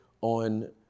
on